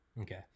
Okay